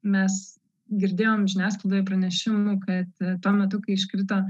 mes girdėjom žiniasklaidoje pranešimų kad tuo metu kai iškrito